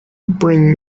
bring